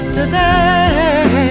today